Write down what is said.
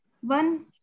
One